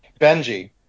Benji